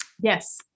Yes